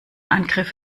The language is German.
angriff